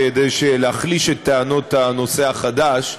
כדי להחליש את טענות הנושא החדש.